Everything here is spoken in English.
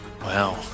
Wow